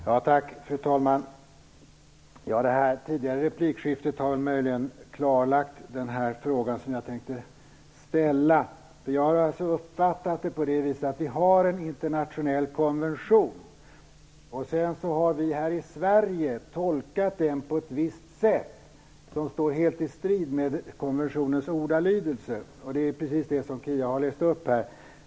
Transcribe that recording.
Fru talman! Det tidigare replikskiftet har möjligen klarlagt den fråga som jag tänkte ställa. Jag har alltså uppfattat det så att vi har en internationell konvention. Sedan har vi här i Sverige tolkat den på ett visst sätt som står helt i strid med konventionens ordalydelse, och det är precis det som Kia Andreasson har läst upp här.